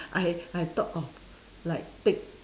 I I thought of like take